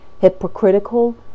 hypocritical